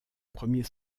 premier